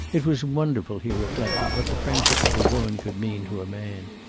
it was wonderful, he reflected, what the friendship of a woman could mean to a man.